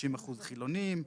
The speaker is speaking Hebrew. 30% חילונים,